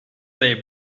they